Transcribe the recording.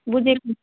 বুজিছোঁ